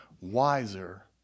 wiser